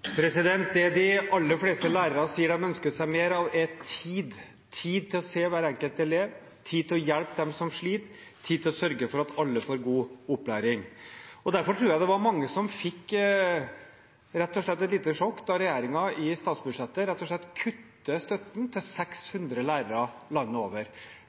til oppfølgingsspørsmål. Det de aller fleste lærere sier at de ønsker seg mer av, er tid – tid til å se hver enkelt elev, tid til å hjelpe dem som sliter, tid til å sørge for at alle får god opplæring. Derfor tror jeg det var mange som rett og slett fikk et lite sjokk da regjeringen i statsbudsjettet rett og slett kuttet støtten til 600 lærere landet over.